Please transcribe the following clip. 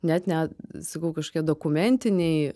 net ne sakau kažkokie dokumentiniai